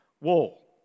wall